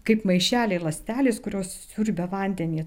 kaip maišeliai ląstelės kurios siurbia vandenį